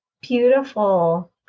Beautiful